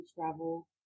travel